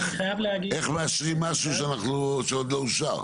איך מאשרים משהו שעוד לא אושר.